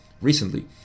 recently